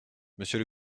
monsieur